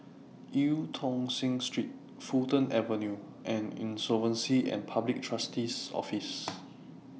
EU Tong Sen Street Fulton Avenue and Insolvency and Public Trustee's Office